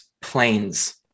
planes